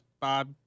Bob